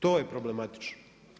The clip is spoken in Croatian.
To je problematično.